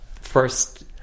first